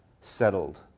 settled